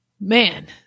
man